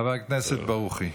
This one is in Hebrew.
חבר הכנסת ברוכי.